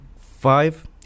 Five